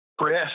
Chris